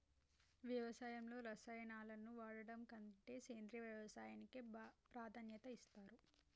వ్యవసాయంలో రసాయనాలను వాడడం కంటే సేంద్రియ వ్యవసాయానికే ప్రాధాన్యత ఇస్తరు